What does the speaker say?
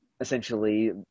essentially